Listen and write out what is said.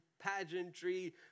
pageantry